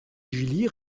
julie